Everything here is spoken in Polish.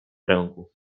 ręku